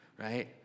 right